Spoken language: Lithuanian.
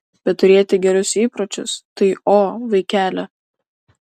bet turėti gerus įpročius tai o vaikeli